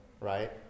right